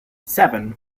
seven